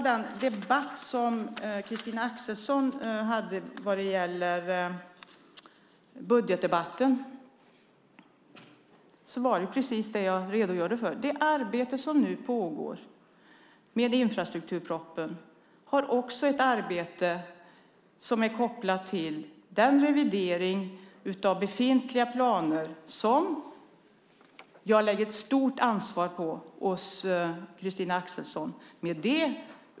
Det Christina Axelsson frågar om vad gäller budgetdebatten var precis det jag redogjorde för. I det arbete som nu pågår med infrastrukturspropositionen ingår ett arbete som är kopplat till revideringen av befintliga planer. Jag lägger ett stort ansvar på oss, Christina Axelsson.